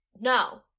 no